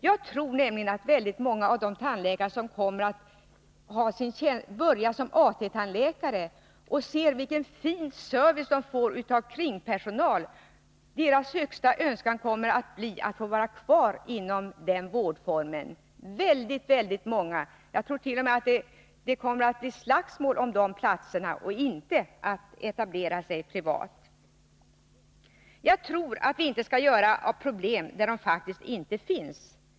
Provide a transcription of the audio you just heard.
Jag tror att väldigt många av de tandläkare som börjar som AT-tandläkare och då ser vilken fin service de får av kringpersonal helst kommer att vilja vara kvar inom den vårdformen. Jag tror att det t.o.m. kommer att bli slagsmål om de tjänsterna — inte om att etablera sig privat. Jag tror att vi inte skall göra problem där de faktiskt inte finns.